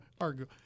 argue